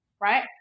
right